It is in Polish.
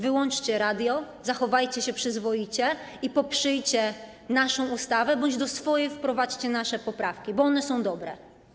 Wyłączcie radio, zachowajcie się przyzwoicie i poprzyjcie naszą ustawę bądź do swojej wprowadźcie nasze poprawki, bo one są dobre.